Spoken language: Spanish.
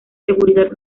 seguridad